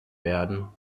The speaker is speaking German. werden